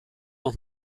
noch